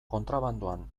kontrabandoan